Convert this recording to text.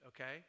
okay